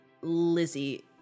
Lizzie